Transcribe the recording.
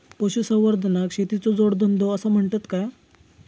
पशुसंवर्धनाक शेतीचो जोडधंदो आसा म्हणतत काय?